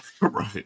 right